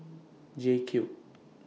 J Cube